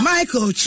Michael